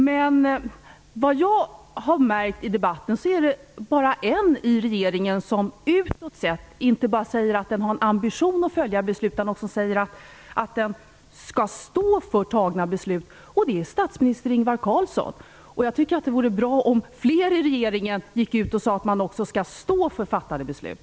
Men jag har märkt i debatten att det bara är en enda i regeringen som utåt sett säger sig inte bara ha ambitionen att följa besluten utan också stå för fattade beslut, och det är statsminister Ingvar Carlsson. Det vore bra om fler i regeringen gick ut och sade att de skulle stå för fattade beslut.